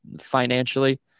financially